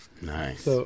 Nice